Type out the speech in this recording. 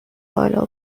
بالا